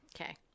Okay